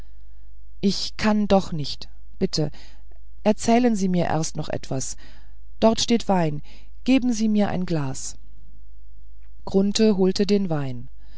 ich kann noch nicht bitte erzählen sie mir erst noch etwas dort steht wein geben sie mir ein glas grunthe holte den wein